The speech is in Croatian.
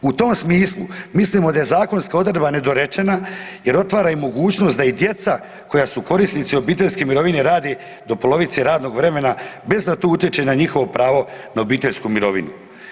U tom smislu mislimo da je zakona odredba nedorečena jer otvara i mogućnost da i djeca koja su korisnici obiteljske mirovine rade do polovice radnog vremena bez da to utječe na njihovo pravo na obiteljsku mirovinu.